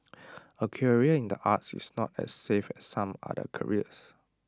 A career in the arts is not as safe as some other careers